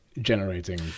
generating